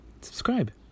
subscribe